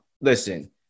Listen